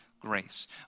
grace